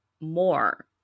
more